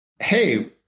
Hey